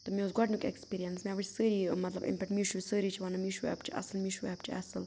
تہٕ مےٚ اوس گۄڈٕنیٛک ایکٕسپیٖریَنٕس مےٚ وُچھۍ سٲری مطلب اَمہِ پٮ۪ٹھ میٖشوٗ سٲری چھ وَنان میٖشوٗ ایپ چھِ اصٕل میٖشوٗ ایپ چھ اصٕل